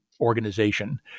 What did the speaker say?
organization